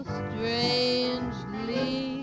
strangely